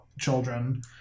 children